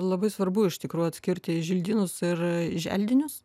labai svarbu iš tikrųjų atskirti želdynus ir želdinius